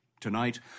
Tonight